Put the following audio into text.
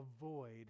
avoid